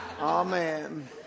Amen